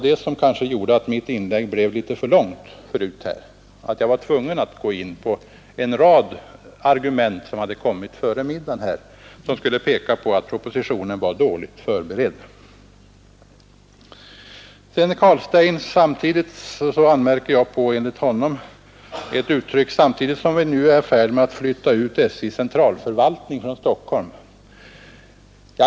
Det var detta — att jag var tvungen att gå in på en rad argument som hade framlagts före middagspausen och som skulle visa att propositionen inte var dåligt förberedd — som gjorde att mitt inlägg kanske blev litet för långt. Enligt herr Carlstein anmärkte jag på att han sagt ”samtidigt som vi nu är i färd med att flytta ut SJ:s centralförvaltning från Stockholm”.